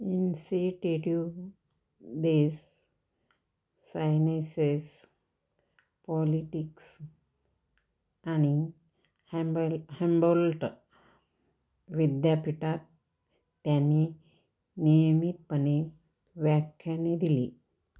इन्सिटेट्युव देस sciences politics आणि हॅम्ब हॅमबोल्ट विद्यापीठात त्यानी नियमितपणे व्याख्याने दिली